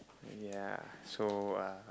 and ya so uh